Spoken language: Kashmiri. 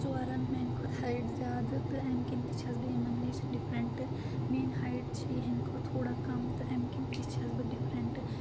ژورَن میانہِ کھۄتہٕ ہایٹ زیادٕ تہٕ امہِ کِنۍ تہِ چھَس بہٕ یِمن نِش ڈِفرَنٹہٕ میٲنۍ ہایٹ چھِ یِہنٛدِ کھۄتہٕ تھوڑا کَم تہٕ اَمہِ کِنۍ تہِ چھَس بہٕ ڈِفرَنٛٹہٕ